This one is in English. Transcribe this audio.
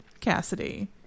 Cassidy